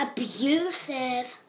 Abusive